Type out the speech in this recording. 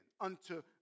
unto